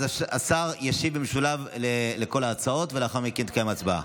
אז אולי השר ישיב במשולב על כל ההצעות ולאחר מכן תתקיים הצבעה.